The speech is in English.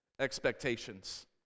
expectations